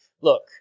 look